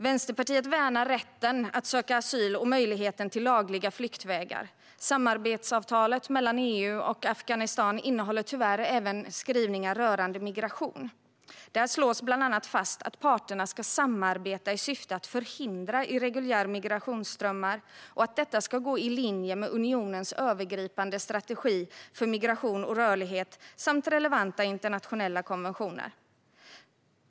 Vänsterpartiet värnar rätten att söka asyl och möjligheten till lagliga flyktvägar. Samarbetsavtalet mellan EU och Afghanistan innehåller tyvärr även skrivningar rörande migration. Där slås bland annat fast att parterna ska samarbeta i syfte att förhindra irreguljära migrationsströmmar och att detta ska gå i linje med unionens övergripande strategi för migration och rörlighet samt relevanta internationella konventioner.